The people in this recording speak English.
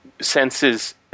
senses